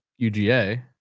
UGA